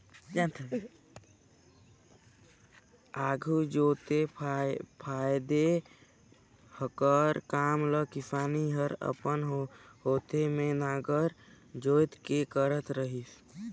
आघु जोते फादे कर काम ल किसान हर अपन हाथे मे नांगर जोएत के करत रहिस